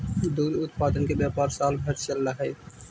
दुग्ध उत्पादन के व्यापार साल भर चलऽ हई